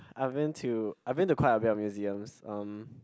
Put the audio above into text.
I have been to I've been to quite a bit of museums um